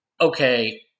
okay